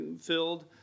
filled